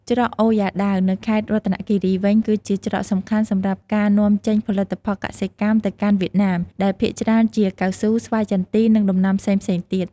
ច្រកអូរយ៉ាដាវ នៅខេត្តរតនគិរីវិញ គឺជាច្រកសំខាន់សម្រាប់ការនាំចេញផលិតផលកសិកម្មទៅកាន់វៀតណាម ដែលភាគច្រើនជាកៅស៊ូ ស្វាយចន្ទី និងដំណាំផ្សេងៗទៀត។